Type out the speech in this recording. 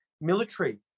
military